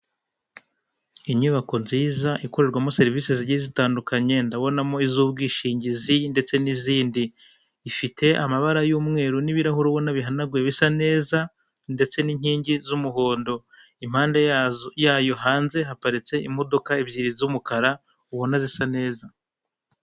Icyapa kiriho amafoto atatu magufi y'abagabo babiri uwitwa KABUGA n 'uwitwa BIZIMANA bashakishwa kubera icyaha cya jenoside yakorewe abatutsi mu Rwanda.